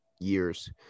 years